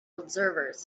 observers